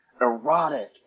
erotic